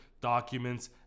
documents